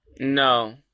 No